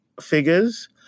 figures